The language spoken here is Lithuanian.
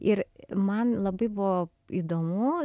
ir man labai buvo įdomu